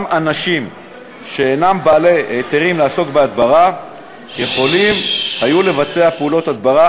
גם אנשים שאינם בעלי היתרים לעסוק בהדברה היו יכולים לבצע פעולות הדברה,